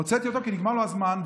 הוצאתי אותו כי נגמר לו הזמן,